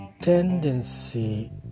tendency